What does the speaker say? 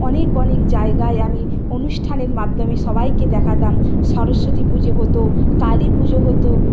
অনেক অনেক জায়গায় আমি অনুষ্ঠানের মাধ্যমে সবাইকে দেখাতাম সরস্বতী পুজো হতো কালী পুজো হতো